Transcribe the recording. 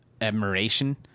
Admiration